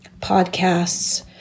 podcasts